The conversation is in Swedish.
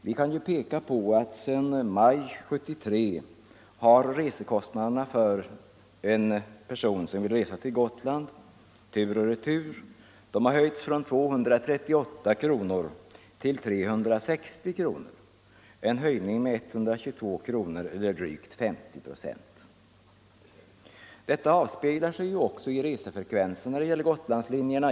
Sedan maj 1973 har reskostnaderna för en person som vill resa till Gotland tur och retur höjts från 238 kronor till 360 kronor, en höjning med 122 kronor eller drygt 50 procent. Det avspeglar sig också i resefrekvensen på Gotlandslinjerna.